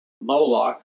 Moloch